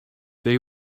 they